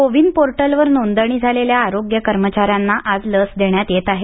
कोविन पोर्टलवर नोंदणी झालेल्या आरोग्य कर्मचाऱ्यांना आज लस देण्यात येत आहे